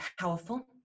powerful